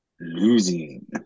Losing